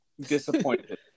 Disappointed